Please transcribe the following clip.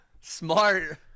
Smart